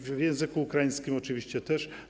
W języku ukraińskim oczywiście też.